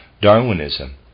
Darwinism